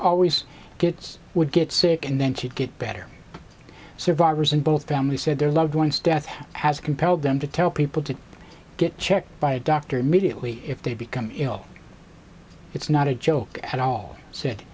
always gets would get sick and then she'd get better survivors and both family said their loved one's death has compelled them to tell people to get checked by a doctor immediately if they become ill it's not a joke at all s